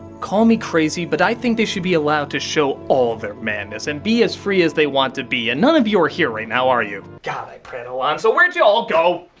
call me crazy, but i think they should be allowed to show all their madness and be as free as they want to be and none of you are here right now, are you? god, i prattle on, so where'd you all go?